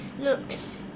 looks